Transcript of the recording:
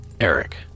Eric